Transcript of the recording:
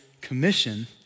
commission